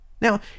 Now